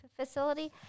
facility